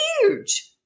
huge